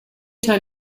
time